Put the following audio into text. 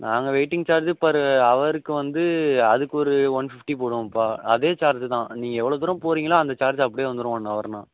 நாங்கள் waiting charge per அவருக்கு வந்து அதுக்கு ஒரு ஒன் ஃபிஃப்ட்டி போடுவோம்ப்பா அதே சார்ஜு தான் நீங்கள் எவ்வளோ தூரம் போகிறிங்களோ அந்த சார்ஜ் அப்படியே வந்துரும் ஒன் அவர்னா